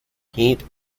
heat